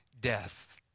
death